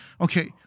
okay